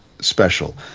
special